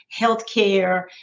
healthcare